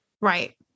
Right